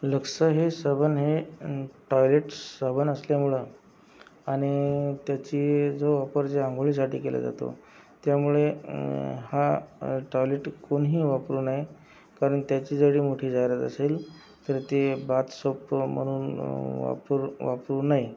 lux हे साबण हे टॉयलेट साबण असल्यामुळं आणि त्याचा जो वापर जे आंघोळीसाठी केला जातो त्यामुळे हा टॉयलेट कोणी वापरू नये कारण त्याची जरी मोठी जाहिरात असेल तर ते बाथ सोप म्हणून वापरू वापरू नये